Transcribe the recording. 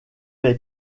les